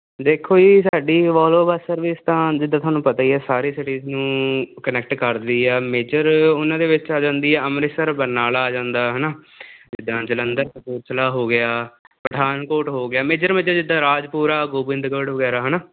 ਦੇਖੋ ਜੀ ਸਾਡੀ ਵੋਲਵੋ ਬਸ ਸਰਵਿਸ ਤਾਂ ਜਿੱਦਾਂ ਤੁਹਾਨੂੰ ਪਤਾ ਹੀ ਹੈ ਸਾਰੀ ਸਿਟੀਜ਼ ਨੂੰ ਕਨੈਕਟ ਕਰ ਰਹੀ ਆ ਮੇਜਰ ਉਹਨਾਂ ਦੇ ਵਿੱਚ ਆ ਜਾਂਦੀ ਹੈ ਅੰਮ੍ਰਿਤਸਰ ਬਰਨਾਲਾ ਆ ਜਾਂਦਾ ਹੈ ਨਾ ਅਤੇ ਜਾਂ ਜਲੰਧਰ ਕਪੂਰਥਲਾ ਹੋ ਗਿਆ ਪਠਾਨਕੋਟ ਹੋ ਗਿਆ ਮੇਜਰ ਮੇਜਰ ਜਿੱਦਾਂ ਰਾਜਪੁਰਾ ਗੋਬਿੰਦਗੜ ਵਗੈਰਾ ਹੈ ਨਾ